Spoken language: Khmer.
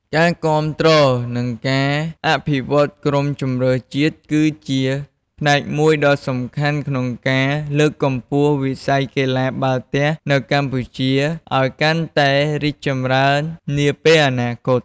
ការគាំទ្រ និងការអភិវឌ្ឍក្រុមជម្រើសជាតិគឺជាផ្នែកមួយដ៏សំខាន់ក្នុងការលើកកម្ពស់វិស័យកីឡាបាល់ទះនៅកម្ពុជាឱ្យកាន់តែរីកចម្រើននាពេលអនាគត។